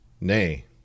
Nay